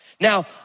Now